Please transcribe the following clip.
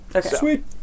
Sweet